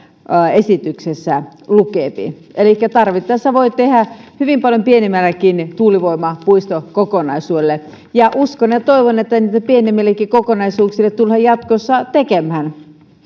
esityksessä lukeepi elikkä tarvittaessa sen voi tehdä hyvin paljon pienemmällekin tuulivoimapuistokokonaisuudelle ja uskon ja toivon että niitä pienemmillekin kokonaisuuksille tullaan jatkossa tekemään